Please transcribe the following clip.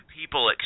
people